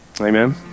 Amen